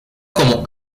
como